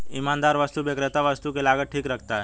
ईमानदार वस्तु विक्रेता वस्तु की लागत ठीक रखता है